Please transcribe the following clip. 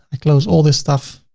i close all this stuff.